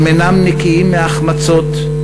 הם אינם נקיים מהחמצות,